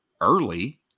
early